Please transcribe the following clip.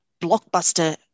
blockbuster